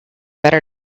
better